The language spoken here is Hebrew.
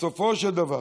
בסופו של דבר,